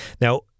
Now